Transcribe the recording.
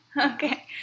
Okay